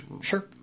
sure